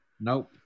Nope